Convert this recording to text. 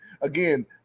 Again